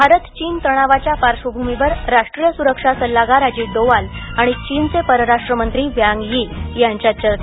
भारत चीन तणावाच्या पार्श्वभूमीवर राष्ट्रीय सुरक्षा सल्लागार अजित डोवाल आणि चीनचे परराष्ट्र मंत्री वांग यी यांच्यात चर्चा